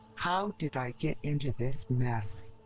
how did i get into this mess?